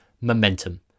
Momentum